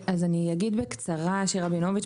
שיר רבינוביץ',